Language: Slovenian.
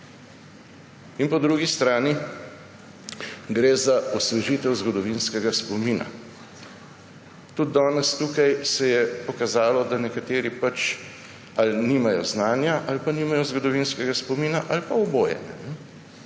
In po drugi strani gre za osvežitev zgodovinskega spomina. Tudi danes se je tukaj pokazalo, da nekateri ali nimajo znanja ali nimajo zgodovinskega spomina ali pa oboje.